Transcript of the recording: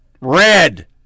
Red